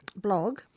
blog